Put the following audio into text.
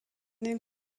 den